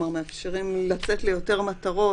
פה מאפשרים לצאת ליותר מטרות,